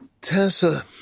Tessa